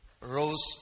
rose